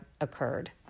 occurred